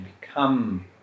become